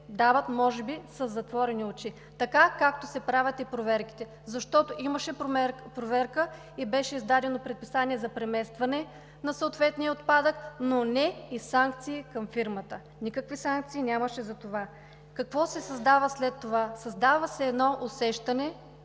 дават може би със затворени очи, така както се правят и проверките, защото имаше проверка и беше издадено предписание за преместване на съответния отпадък, но не и санкции към фирмата. Никакви санкции нямаше за това! Какво се създава след това? Създава се едно усещане,